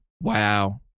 Wow